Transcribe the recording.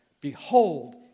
Behold